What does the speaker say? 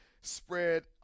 spread